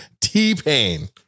T-Pain